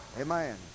Amen